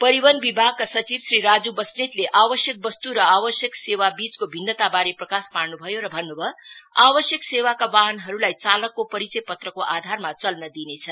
परिवहन विभागका सचिव श्री राज् बस्नेतले आवश्यक बस्त् र आवश्यक सेवाबीचको भिन्नताबारे प्रकाश पार्न् भयो र भन्न् भयो आवश्यक सेवाका पाहनहरूलाई चालकको परिचय पत्रको आधारमा चल्न दिइनेछ